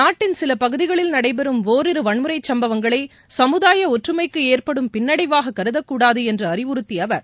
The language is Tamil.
நாட்டின் சில பகுதிகளில் நடைபெறும் ஓரிரு வன்முறை சம்பவங்களை சமுதாய ஒற்றுமைக்கு ஏற்படும் பின்னடைவாக கருதக் கூடாது என்று அறிவுறுத்திய அவர்